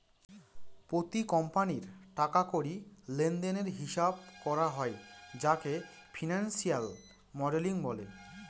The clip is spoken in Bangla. প্রতি কোম্পানির টাকা কড়ি লেনদেনের হিসাব করা হয় যাকে ফিনান্সিয়াল মডেলিং বলে